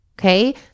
okay